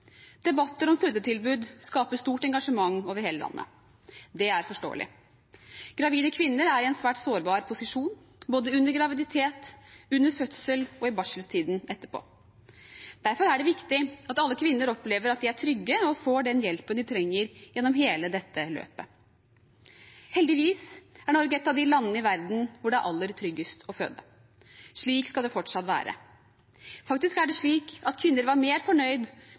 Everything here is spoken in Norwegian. Debatter om fødetilbud skaper stort engasjement over hele landet. Det er forståelig. Gravide kvinner er i en svært sårbar posisjon, både under graviditet, under fødsel og i barseltiden etterpå. Derfor er det viktig at alle kvinner opplever at de er trygge og får den hjelpen de trenger gjennom hele dette løpet. Heldigvis er Norge et av de landene i verden hvor det er aller tryggest å føde. Slik skal det fortsatt være. Faktisk er det slik at kvinner var mer fornøyd